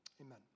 Amen